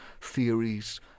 theories